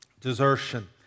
desertion